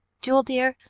jewel, dear,